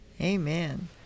Amen